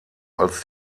als